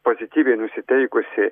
pozityviai nusiteikusi